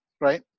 right